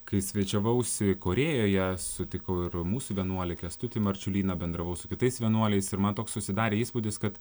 kai svečiavausi korėjoje sutikau ir mūsų vienuolį kęstutį marčiulyną bendravau su kitais vienuoliais ir man toks susidarė įspūdis kad